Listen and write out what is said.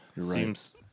seems